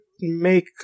make